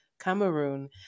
Cameroon